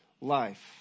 life